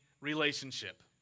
relationship